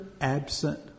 absent